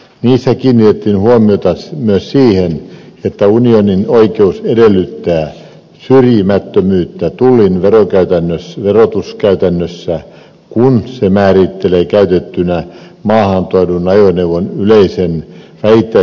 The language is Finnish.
niissä kiinnitettiin huomiota myös siihen että unionin oikeus edellyttää syrjimättömyyttä tullin verotuskäytännössä kun se määrittelee käytettynä maahantuodun ajoneuvon yleisen vähittäismyyntiarvon